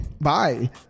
Bye